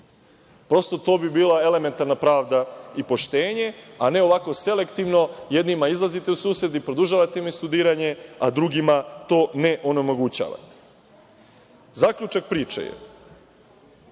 Prosto, to bi bila elementarna pravda i poštenje, a ne ovako selektivno, jednima izlazite u susret i produžavate studiranje, a drugima to ne omogućavate. Zaključak priče je